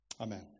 Amen